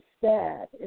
sad